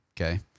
Okay